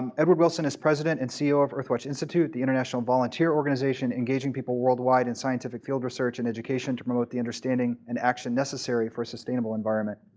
um edward wilson is president and ceo of earthwatch institute, the international volunteer organization engaging people worldwide in scientific field research and education to promote the understanding and action necessary for sustainable environment.